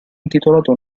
intitolata